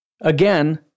again